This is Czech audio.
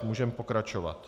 Můžeme pokračovat.